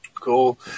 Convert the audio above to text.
Cool